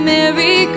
Merry